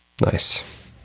Nice